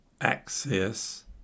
access